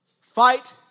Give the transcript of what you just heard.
Fight